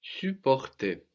supporter